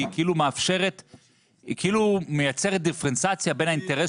כי היא כאילו מייצרת דיפרנציאציה בין האינטרס